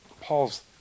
Paul's